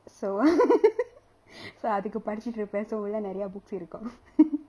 so so அதுக்கு படிச்சிட்டு இருப்பேன்:athuku padichittu irupaen so உள்ளே:ullae books இருக்கும்:irukkum